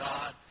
God